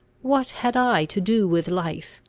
what had i to do with life?